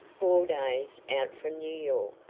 four days out from new york,